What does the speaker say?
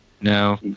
No